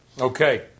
Okay